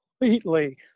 completely